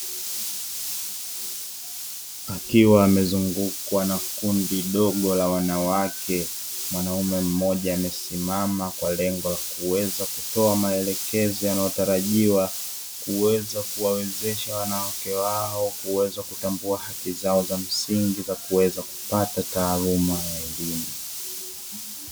Akiwa amezungukwa na kundi dogo la wanawake, mwanaume mmoja amesimama kwa lengo la kuweza kutoa maelekezo yanayotarajiwa kuweza kuwawezesha wanawake wao, kuweza kutambua haki zao za msingi za kuweza kupata taaluma ya elimu.